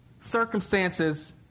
circumstances